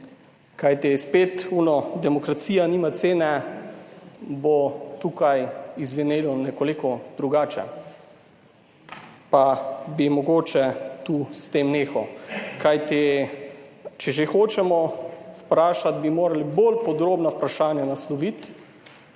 Kajti spet ono, demokracija nima cene, bo tukaj izzvenelo nekoliko drugače. Pa bi mogoče tu s tem nehal, kajti če že hočemo vprašati, bi morali bolj podrobna vprašanja nasloviti.